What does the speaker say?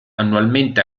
annualmente